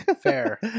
Fair